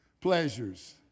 pleasures